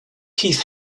keith